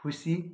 खुसी